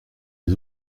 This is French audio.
des